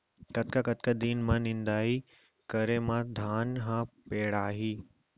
कतका कतका दिन म निदाई करे म धान ह पेड़ाही?